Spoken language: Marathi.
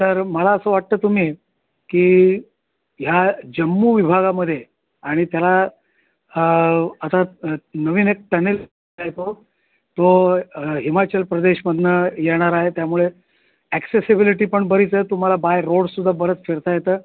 तर मला असं वाटतं तुम्ही की ह्या जम्मू विभागामध्ये आणि त्याला आता नवीन एक टनेल आहे तो तो हिमाचल प्रदेशमधून येणार आहे त्यामुळे ॲक्सेसिबिलिटी पण बरीचे तुम्हाला बाय रोडसुद्धा बरंच फिरता येतं